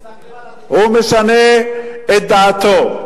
הוא מסתכל על, הוא משנה את דעתו.